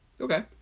Okay